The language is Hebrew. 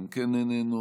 גם כן איננו,